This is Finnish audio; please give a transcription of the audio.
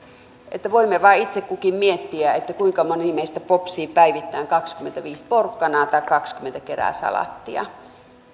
että voimme vain itse kukin miettiä kuinka moni meistä popsii päivittäin kaksikymmentäviisi porkkanaa tai kaksikymmentä keräsalaattia